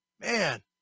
Man